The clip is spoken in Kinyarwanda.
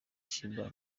sheebah